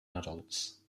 adults